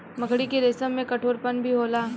मकड़ी के रेसम में कठोरपन भी होला